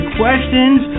questions